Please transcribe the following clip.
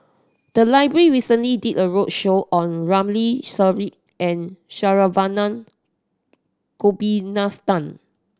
the library recently did a roadshow on Ramli Sarip and Saravanan Gopinathan